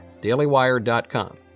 dailywire.com